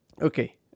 okay